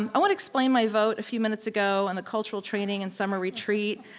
um i wanna explain my vote a few minutes ago on the cultural training and summer retreat.